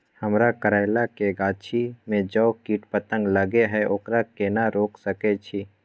हमरा करैला के गाछी में जै कीट पतंग लगे हैं ओकरा केना रोक सके छी?